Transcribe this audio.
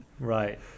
right